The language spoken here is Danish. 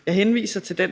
Jeg henviser til den